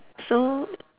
so